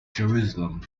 jerusalem